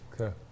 Okay